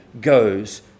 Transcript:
goes